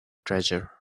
treasure